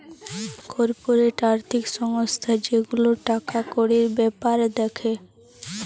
corporate আর্থিক সংস্থা যে গুলা টাকা কড়ির বেপার দ্যাখে